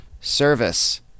service